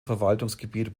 verwaltungsgebiet